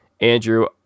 Andrew